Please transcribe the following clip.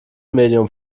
medium